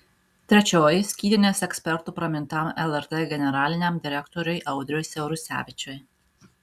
trečioji skydinės ekspertu pramintam lrt generaliniam direktoriui audriui siaurusevičiui